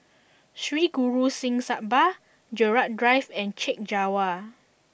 Sri Guru Singh Sabha Gerald Drive and Chek Jawa